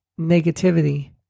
negativity